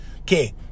okay